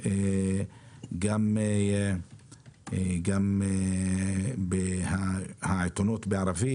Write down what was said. העיתונות, גם מצד העיתונות בערבית